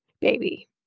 baby